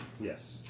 Yes